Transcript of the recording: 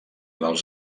dels